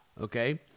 okay